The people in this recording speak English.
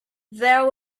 there